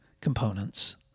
components